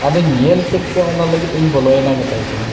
ᱟᱫᱚᱧ ᱧᱮᱞᱠᱮᱫ ᱠᱚᱣᱟ ᱚᱱᱟᱞᱟᱜᱤᱫ ᱤᱧ ᱵᱚᱞᱚᱭᱱᱟ ᱢᱮᱛᱟᱭ ᱠᱟᱹᱱᱟᱹᱧ